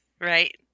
Right